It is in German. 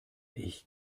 ich